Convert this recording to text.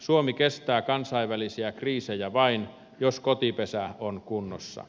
suomi kestää kansainvälisiä kriisejä vain jos kotipesä on kunnossa